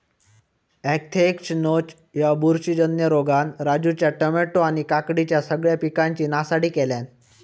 anthracnose ह्या बुरशीजन्य रोगान राजूच्या टामॅटो आणि काकडीच्या सगळ्या पिकांची नासाडी केल्यानं